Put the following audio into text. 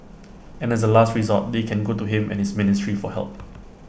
and as A last resort they can go to him and his ministry for help